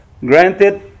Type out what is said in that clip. Granted